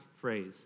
phrase